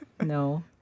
No